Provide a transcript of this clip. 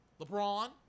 LeBron